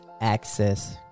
access